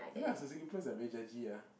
ya lah so Singapore's like very judgy ah